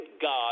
God